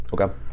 Okay